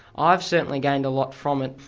i've certainly gained a lot from it.